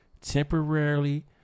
temporarily